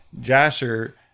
Jasher